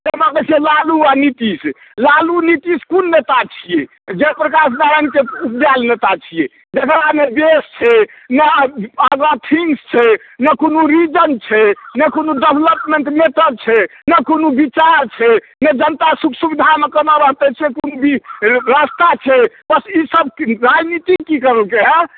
जेना देखिऔ लालू आ नीतीश लालू नीतीश कोन नेता छियै जय प्रकाश नारायणके उपजारएल नेता छियै जेकरा नहि बेस छै नहि आगाँ थिंग्स छै नहि कोनो रीज़न छै नहि कोनो डेवलपमेंट मेटर छै नहि कोनो बिचार छै नहि जनता सुख सुविधामे कोना रहतै से कोनो भी रास्ता छै बस ई सब राजनीति की करलकै हँ